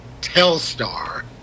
Telstar